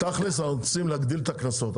תכלס אנחנו רוצים להגדיל את הקנסות.